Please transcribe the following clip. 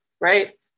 right